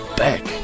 back